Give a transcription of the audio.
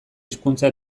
hizkuntza